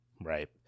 right